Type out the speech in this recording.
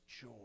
joy